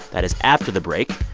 that is after the break.